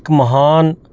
ਇੱਕ ਮਹਾਨ